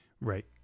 Right